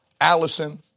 Allison